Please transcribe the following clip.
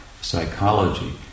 psychology